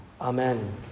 Amen